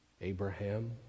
Abraham